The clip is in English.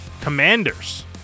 Commanders